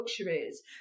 luxuries